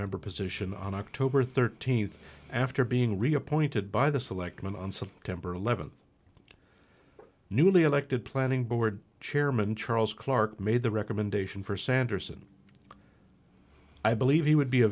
member position on october thirteenth after being reappointed by the selectmen on september eleventh the newly elected planning board chairman charles clarke made the recommendation for sanderson i believe he would be a